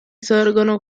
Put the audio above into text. sorgono